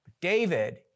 David